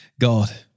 God